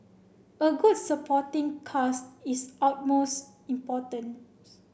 a good supporting cast is utmost importance